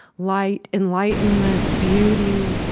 light, enlightenment, beauty,